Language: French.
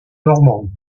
normande